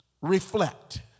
reflect